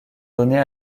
données